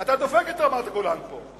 אתה דופק את רמת-הגולן פה.